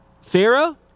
Pharaoh